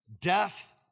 Death